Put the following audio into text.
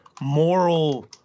moral